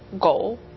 goal